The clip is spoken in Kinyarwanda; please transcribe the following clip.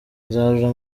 nzarora